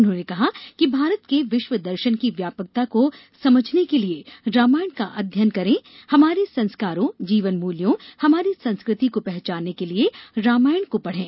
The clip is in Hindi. उन्होंने कहा कि भारत के विश्व दर्शन की व्यापकता को समझने के लिए रामायण का अध्ययन करें हमारे संस्कारों जीवन मूल्यों हमारी संस्कृति को पहचानने के लिए रामायण को पढ़ें